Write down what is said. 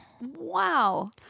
wow